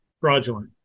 fraudulent